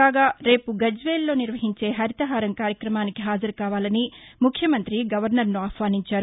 కాగా రేపు గజ్వేల్లో నిర్వహించే హరితహరం కార్యక్రమానికి హాజరు కావాలని ముఖ్యమంత్రి గవర్నర్ను ఆహ్వానించారు